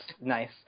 nice